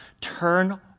Turn